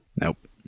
Nope